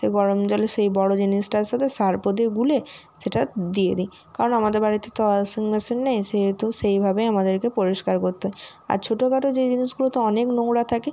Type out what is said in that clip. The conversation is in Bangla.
তো গরম জলে সেই বড় জিনিসটার সাথে সার্ফও দিয়ে গুলে সেটা দিয়ে দিই কারণ আমাদের বাড়িতে তো ওয়াশিং মেশিন নেই সেহেতু সেইভাবে আমাদেরকে পরিষ্কার করতে হয় আর ছোটোখাটো যেই জিনিসগুলোতে অনেক নোংরা থাকে